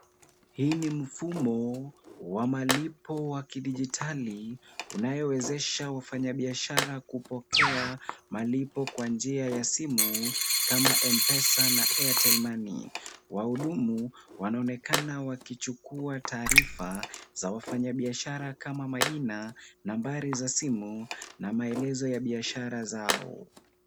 Hii ni mfumo wa malipo wa kidijitali unayowezesha wafanyabiashara kupokea malipo kwa njia ya simu, kama M-Pesa na Airtel Money. Wahudumu wanaonekana wakichukua taarifa za wafanyabiashara kama majina, nambari za simu na maelezo ya biashara zao.